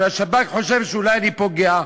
אבל השב"כ חושב שאולי אני פוגע.